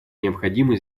необходимо